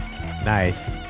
Nice